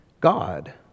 God